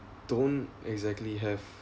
don't exactly have